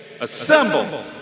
assemble